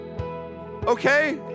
Okay